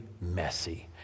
messy